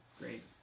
Great